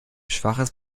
schwaches